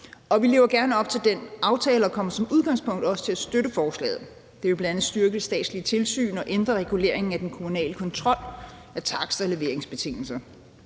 af. Vi lever gerne op til den aftale og kommer som udgangspunkt også til at støtte forslaget. Det vil bl.a. styrke statsligt tilsyn og ændre reguleringen af den kommunale kontrol med takster og leveringsbetingelser.